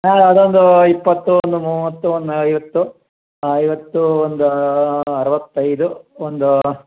ಹಾಂ ಅದೊಂದು ಇಪ್ಪತ್ತು ಒಂದು ಮೂವತ್ತು ಒಂದು ಐವತ್ತು ಐವತ್ತು ಒಂದು ಅರ್ವತ್ತೈದು ಒಂದು